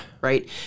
right